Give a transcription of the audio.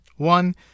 One